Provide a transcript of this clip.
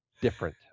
different